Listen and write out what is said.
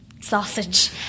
sausage